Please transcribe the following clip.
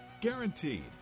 Guaranteed